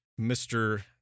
Mr